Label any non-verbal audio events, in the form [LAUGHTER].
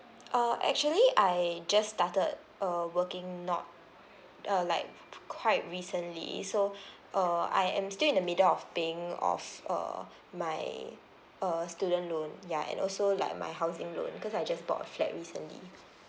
uh actually I just started uh working not uh like quite recently so [BREATH] uh I am still in the middle of paying off uh my uh student loan ya and also like my house in room because I just bought a flat recently